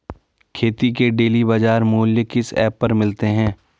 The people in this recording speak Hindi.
खेती के डेली बाज़ार मूल्य किस ऐप पर मिलते हैं?